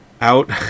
out